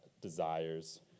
desires